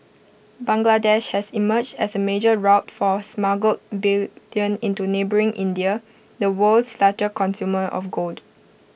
Bangladesh has emerged as A major route for smuggled bullion into neighbouring India the world's largest consumer of gold